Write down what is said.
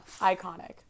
Iconic